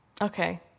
Okay